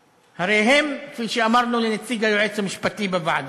בבעלי-חיים, והחיידק עובר גם